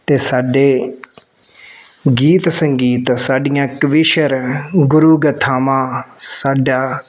ਅਤੇ ਸਾਡੇ ਗੀਤ ਸੰਗੀਤ ਸਾਡੀਆਂ ਕਵੀਸ਼ਰ ਗੁਰੂ ਗਾਥਾਵਾਂ ਸਾਡਾ